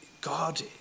God